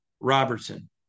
Robertson